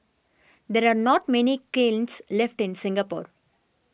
there are not many kilns left in Singapore